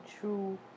true